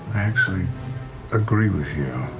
actually agree with you,